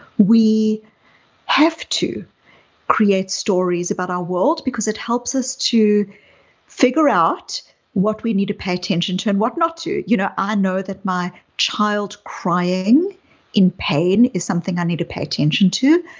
we have to create stories about our world because it helps us to figure out what we need to pay attention to and what not to. you know i know that my child crying in pain is something i need to pay attention to,